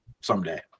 someday